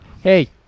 hey